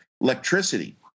electricity